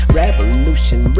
revolution